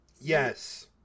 Yes